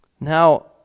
Now